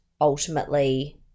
Ultimately